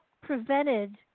prevented